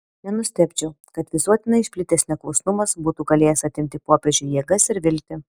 nenustebčiau kad visuotinai išplitęs neklusnumas būtų galėjęs atimti popiežiui jėgas ir viltį